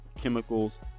chemicals